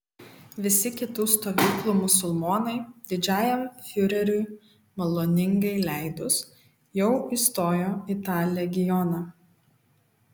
visi kitų stovyklų musulmonai didžiajam fiureriui maloningai leidus jau įstojo į tą legioną